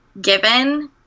given